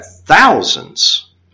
thousands